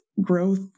growth